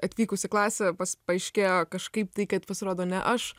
atvykus į klasę pas paaiškėjo kažkaip tai kad pasirodo ne aš